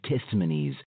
testimonies